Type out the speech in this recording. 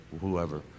whoever